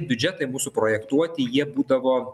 biudžetai bus suprojektuoti jie būdavo